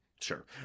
sure